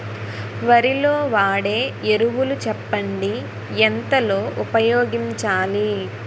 వరిలో వాడే ఎరువులు చెప్పండి? ఎంత లో ఉపయోగించాలీ?